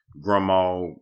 grandma